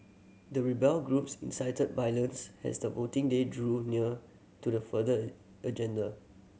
the rebel groups incited violence has the voting day drew near to the further agenda